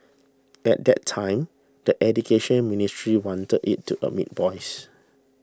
at that time the Education Ministry wanted it to admit boys